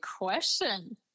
question